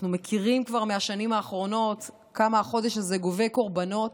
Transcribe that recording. אנחנו מכירים כבר מהשנים האחרונות כמה החודש הזה גובה קורבנות,